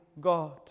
God